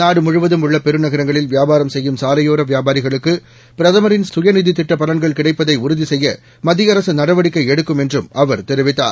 நாடுமுழுவதும் உள்ள பெருநகரங்களில் வியாபாரம் செய்யும் சாலையோர வியாபாரிகளுக்கு பிரதமரின் சுயநிதி திட்ட பலன்கள் கிடைப்பதை உறுதி செய்ய மத்திய அரசு நடவடிக்கை எடுக்கும் என்றும் அவர் தெரிவித்தார்